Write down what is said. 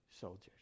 soldiers